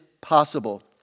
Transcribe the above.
Possible